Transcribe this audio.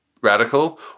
radical